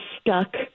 stuck